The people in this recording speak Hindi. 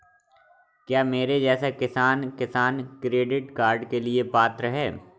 क्या मेरे जैसा किसान किसान क्रेडिट कार्ड के लिए पात्र है?